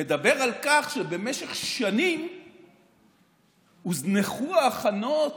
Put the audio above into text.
מדבר על כך שבמשך שנים הוזנחו ההכנות